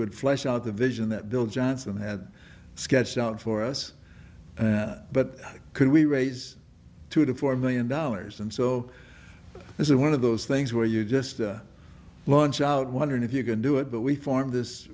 would flesh out the vision that bill johnson had sketched out for us but could we raise two to four million dollars and so this is one of those things where you just launch out wondering if you can do it but we formed this